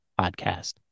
podcast